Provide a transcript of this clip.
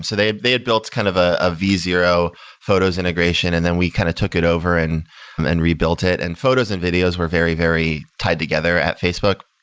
so they they had built kind of ah a v zero photos integration and then we kind of took it over and and rebuilt it. and photos and videos were very, very tied together at facebook.